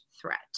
threat